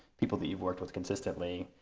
people that you've worked with consistently.